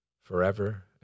forever